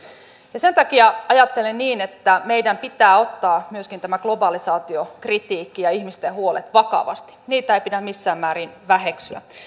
sen takia ajattelen niin että meidän pitää ottaa myöskin tämä globalisaatiokritiikki ja ihmisten huolet vakavasti niitä ei pidä missään määrin väheksyä